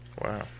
Wow